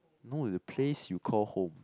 no the place you call home